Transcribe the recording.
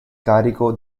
carico